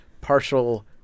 partial